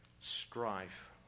strife